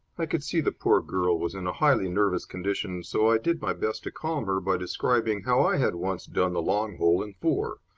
i could see the poor girl was in a highly nervous condition, so i did my best to calm her by describing how i had once done the long hole in four.